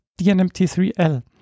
DNMT3L